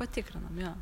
patikrinam jo